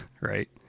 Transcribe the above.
Right